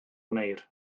wneir